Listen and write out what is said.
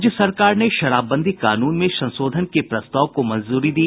राज्य सरकार ने शराबबंदी कानून में संशोधन के प्रस्ताव को मंजूरी दी